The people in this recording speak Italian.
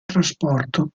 trasporto